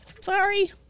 Sorry